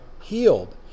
healed